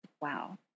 wow